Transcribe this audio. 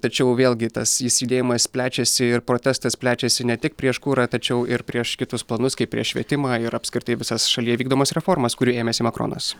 tačiau vėlgi tas jis judėjimas plečiasi ir protestas plečiasi ne tik prieš kurą tačiau ir prieš kitus planus kaip prieš švietimą ir apskritai visas šalyje vykdomas reformas kurių ėmėsi makronas